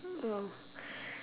oh